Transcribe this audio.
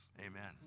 amen